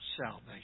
salvation